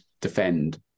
defend